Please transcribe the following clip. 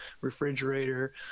refrigerator